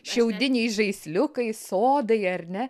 šiaudiniai žaisliukai sodai ar ne